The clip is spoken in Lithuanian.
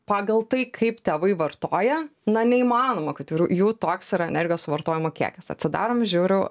pagal tai kaip tėvai vartoja na neįmanoma kad ir jų toks yra energijos suvartojimo kiekis atsidarom žiūriu